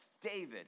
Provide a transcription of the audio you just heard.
David